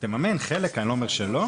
תממן חלק, אני לא אומר שלא.